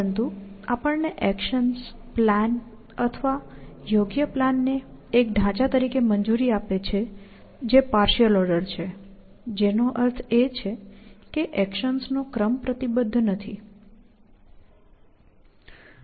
પરંતુ આ આપણને એક્શન્સ પ્લાન્સ અથવા માન્ય પ્લાન્સ ને એક ઢાંચા તરીકે મંજૂરી આપે છે જે પાર્શિઅલ ઓર્ડર છે જેનો અર્થ એ છે કે એક્શન્સ નો ક્રમ પ્રતિબદ્ધ નથી